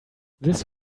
this